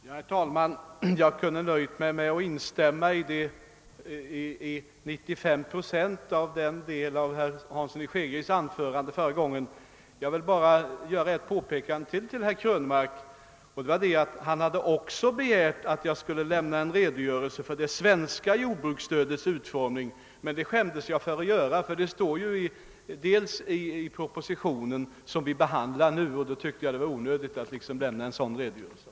Herr talman! Jag kan till 95 procent instämma i vad herr Hansson i Skegrie sade i sitt näst sista anförande och vill nu bara göra ytterligare ett påpekande till herr Krönmark, som ju också begärde att jag skulle lämna en redogörelse för det svenska jordbruksstödets utformning. Jag skämdes emellertid litet för att göra det, eftersom den saken står att läsa i den proposition vi nu behandlar. Därför tyckte jag att det var onödigt att lämna den redogörelsen.